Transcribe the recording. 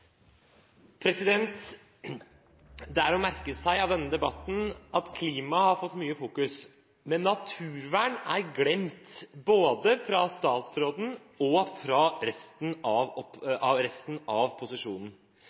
Det er å merke seg av denne debatten at klima har fått mye fokus. Men naturvern er glemt, både av statsråden og av resten av posisjonen. Klimautfordringen er den største trusselen vi står overfor, men tap av